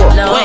no